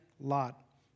Lot